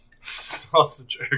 sausage